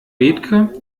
bethke